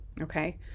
Okay